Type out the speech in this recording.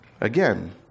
Again